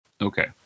Okay